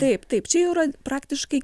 taip taip čia jau yra praktiškai